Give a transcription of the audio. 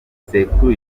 sekuru